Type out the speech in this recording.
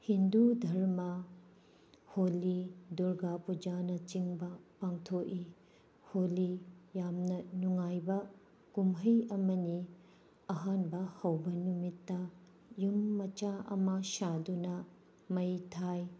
ꯍꯤꯟꯗꯨ ꯙꯔꯃ ꯍꯣꯂꯤ ꯗꯨꯔꯒꯥ ꯄꯨꯖꯥꯅꯆꯤꯡꯕ ꯄꯥꯡꯊꯣꯛꯏ ꯍꯣꯂꯤ ꯌꯥꯝꯅ ꯅꯨꯡꯉꯥꯏꯕ ꯀꯨꯝꯍꯩ ꯑꯃꯅꯤ ꯑꯍꯥꯟꯕ ꯍꯧꯕ ꯅꯨꯃꯤꯠꯇ ꯌꯨꯝ ꯃꯆꯥ ꯑꯃ ꯁꯥꯗꯨꯅ ꯃꯩ ꯊꯥꯏ